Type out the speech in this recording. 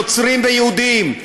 נוצרים ויהודים.